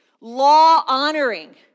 law-honoring